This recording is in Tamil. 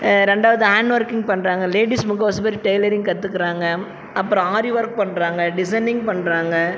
ரெண்டாவது ஹேண்ட் ஒர்க்கிங் பண்ணுறாங்க லேடீஸ் முக்கால்வாசி பேர் டெய்லரிங் கற்றுக்குறாங்க அப்புறம் ஆரி ஒர்க் பண்ணுறாங்க டிசைனிங் பண்ணுறாங்க